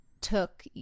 took